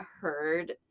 heard